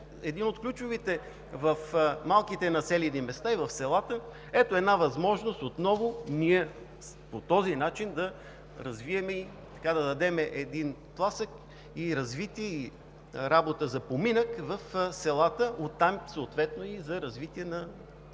един от ключовите в малките населени места и в селата. Ето една възможност по този начин да развием и да дадем тласък, развитие, работа и поминък в селата, а оттам съответно и развитие на